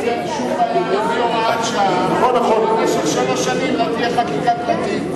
תוציא הוראת שעה שבמשך שלוש שנים לא תהיה חקיקה פרטית.